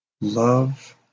love